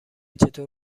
چطور